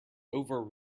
over